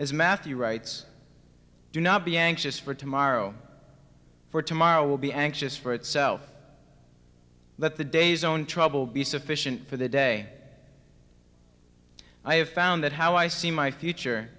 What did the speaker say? as matthew writes do not be anxious for tomorrow for tomorrow will be anxious for itself let the days own trouble be sufficient for the day i have found that how i see my future